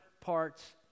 parts